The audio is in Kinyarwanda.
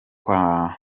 kwa